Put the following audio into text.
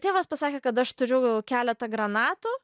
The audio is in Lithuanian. tėvas pasakė kad aš turiu keletą granatų